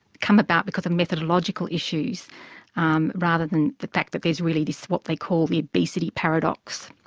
come about because of methodological issues um rather than the fact that there's really this what they call the obesity paradox.